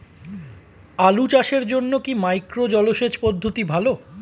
আলু চাষের জন্য কি মাইক্রো জলসেচ পদ্ধতি ভালো?